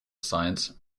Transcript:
science